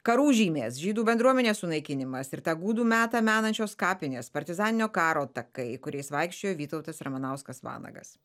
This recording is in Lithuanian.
karų žymės žydų bendruomenės sunaikinimas ir tą gūdų metą menančios kapinės partizaninio karo takai kuriais vaikščiojo vytautas ramanauskas vanagas